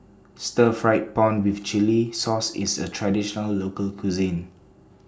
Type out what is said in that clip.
Stir Fried Prawn with Chili Sauce IS A Traditional Local Cuisine